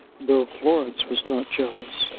though florence was not jealous.